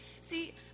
See